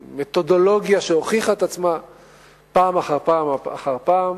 במתודולוגיה שהוכיחה את עצמה פעם אחר פעם אחר פעם.